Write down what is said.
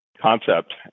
concept